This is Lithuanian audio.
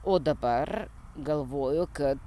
o dabar galvoju kad